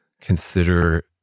consider